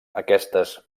aquestes